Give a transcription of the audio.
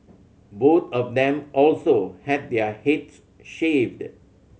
both of them also had their heads shaved